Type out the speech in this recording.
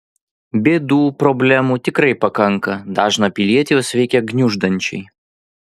bėdų problemų tikrai pakanka dažną pilietį jos veikia gniuždančiai